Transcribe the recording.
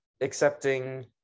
accepting